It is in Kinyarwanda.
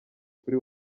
kuri